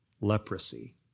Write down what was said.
leprosy